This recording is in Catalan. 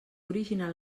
original